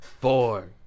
four